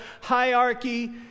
hierarchy